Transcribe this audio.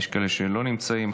יש כאלה שלא נמצאים.